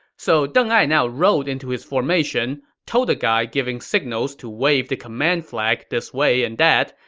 so deng ai now rode into his formation, told the guy giving signals to wave the command flag this way and that,